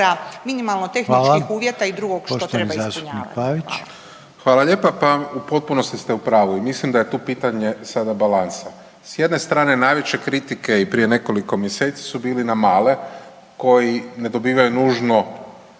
zastupnik Pavić. **Pavić, Marko (HDZ)** Hvala lijepa. Pa u potpunosti ste u pravu i mislim da je tu pitanje sada balansa. S jedne strane najveće kritike i prije nekoliko mjeseci su bili na male koji ne dobivaju nužno